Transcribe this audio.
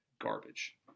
Garbage